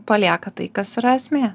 palieka tai kas yra esmė